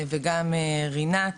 וגם רינת